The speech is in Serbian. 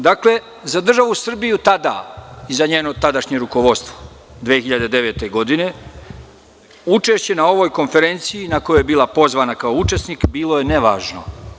Dakle, za državu Srbiju tada i za njeno tadašnje rukovodstvo, 2009. godine, učešće na ovoj konferenciji na kojoj je bila pozvana kao učesnik, bilo je nevažno.